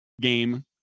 game